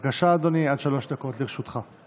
בבקשה, אדוני, עד שלוש דקות לרשותך.